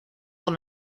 con